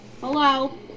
Hello